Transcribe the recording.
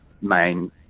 main